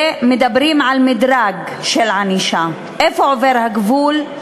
ומדברים על מדרג של ענישה, איפה עובר הגבול,